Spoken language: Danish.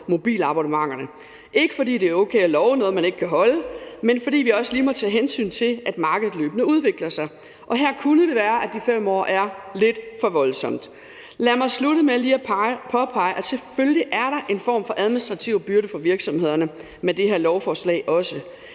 mobilabonnementerne – ikke fordi det er okay at love noget, man ikke kan holde, men fordi vi også lige må tage hensyn til, at markedet løbende udvikler sig. Og her kunne det være, at de 5 år er lidt for voldsomt. Lad mig slutte med lige at påpege, at selvfølgelig er der også en form for administrativ byrde for virksomhederne med det her lovforslag.